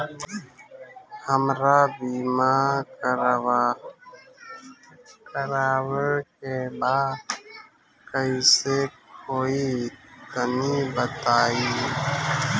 हमरा बीमा करावे के बा कइसे होई तनि बताईं?